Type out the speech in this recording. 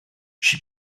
she